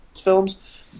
films